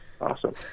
Awesome